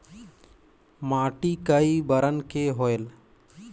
माटी कई बरन के होयल?